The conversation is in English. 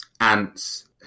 ants